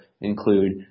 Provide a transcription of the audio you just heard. include